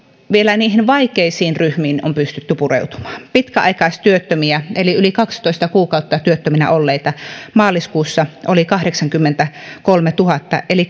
vielä niihin vaikeisiin ryhmiin on pystytty pureutumaan pitkäaikaistyöttömiä eli yli kaksitoista kuukautta työttömänä olleita oli maaliskuussa kahdeksankymmentäkolmetuhatta eli